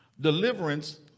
deliverance